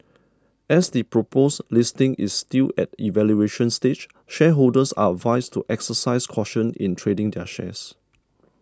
as the proposed listing is still at evaluation stage shareholders are advised to exercise caution in trading their shares